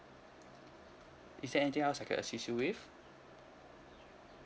is there anything else I can assist you with